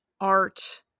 art